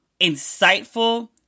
insightful